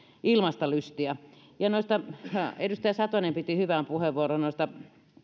ilmaista lystiä edustaja satonen piti hyvän puheenvuoron noiden